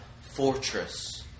fortress